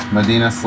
Medina